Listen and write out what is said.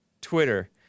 Twitter